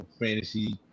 fantasy